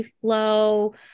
flow